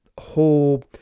whole